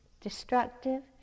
destructive